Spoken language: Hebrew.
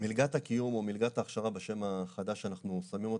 מלגת הקיום או מלגת ההכשרה בשם החדש שאנחנו שמים אותה,